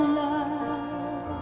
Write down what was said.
love